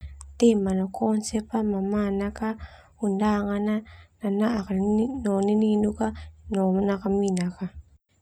Tema no konsep mamanak undangan nanaak no nininuk nakaminak.